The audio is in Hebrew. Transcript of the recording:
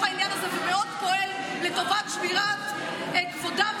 העניין הזה ומאוד פועל לטובת שמירת כבודם,